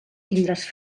tindràs